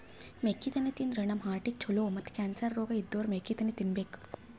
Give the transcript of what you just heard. ಮೆಕ್ಕಿತೆನಿ ತಿಂದ್ರ್ ನಮ್ ಹಾರ್ಟಿಗ್ ಛಲೋ ಮತ್ತ್ ಕ್ಯಾನ್ಸರ್ ರೋಗ್ ಇದ್ದೋರ್ ಮೆಕ್ಕಿತೆನಿ ತಿನ್ಬೇಕ್